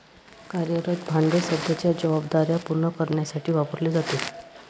कार्यरत भांडवल सध्याच्या जबाबदार्या पूर्ण करण्यासाठी वापरले जाते